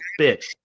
bitch